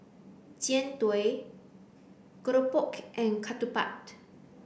Jian Dui Keropok and Ketupat